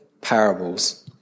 parables